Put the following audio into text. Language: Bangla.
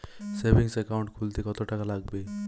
সেভিংস একাউন্ট খুলতে কতটাকা লাগবে?